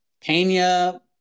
Pena